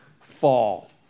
fall